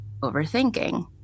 overthinking